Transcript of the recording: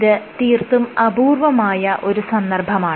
ഇത് തീർത്തും അപൂർവ്വമായ ഒരു സന്ദർഭമാണ്